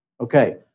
Okay